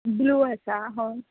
blue आसा हय